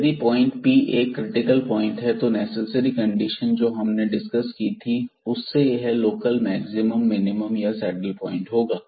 यदि point Pab एक critical point है तो नेसेसरी कंडीशन जो हमने डिसकस की थी उससे यह लोकल मैक्सिमम मिनिमम या सैडल पॉइंट होगा